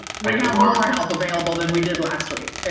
we have more more help available than we did last week.